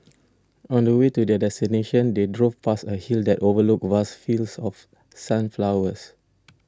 on the way to their destination they drove past a hill that overlooked vast fields of sunflowers